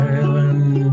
Island